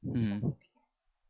mm